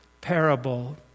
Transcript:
parable